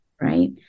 right